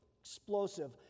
explosive